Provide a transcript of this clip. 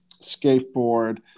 skateboard